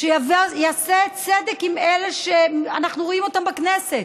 שיעשה צדק עם אלה שאנחנו רואים אותם בכנסת,